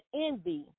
envy